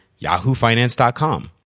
YahooFinance.com